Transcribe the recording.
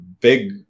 big